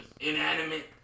inanimate